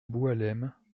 boualem